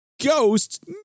Ghost